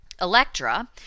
Electra